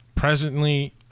Presently